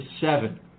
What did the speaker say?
seven